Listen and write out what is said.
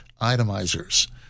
itemizers